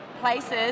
places